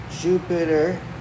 Jupiter